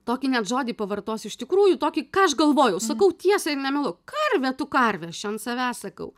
tokį net žodį pavartosiu iš tikrųjų tokį ką aš galvojau sakau tiesą ir nemeluoju karve tu karve aš čia ant savęs sakau